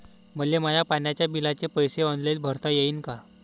मले माया पाण्याच्या बिलाचे पैसे ऑनलाईन भरता येईन का?